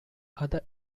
other